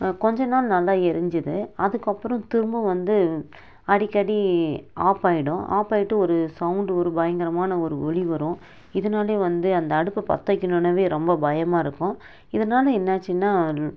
கொஞ்ச நாள் நல்லா எரிஞ்சுது அதுக்கப்புறம் திரும்பவும் வந்து அடிக்கடி ஆஃப் ஆகிடும் ஆஃப் ஆகிட்டு ஒரு சவுண்டு ஒரு பயங்கரமான ஒரு ஒலி வரும் இதனாலையே வந்து அந்த அடுப்பை பற்ற வைக்கணும்ன்னாவே ரொம்ப பயமாக இருக்கும் இதனால என்னாச்சுன்னா